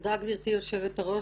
תודה גבירתי יושבת-הראש,